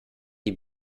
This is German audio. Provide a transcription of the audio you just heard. die